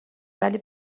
ولی